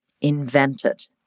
invented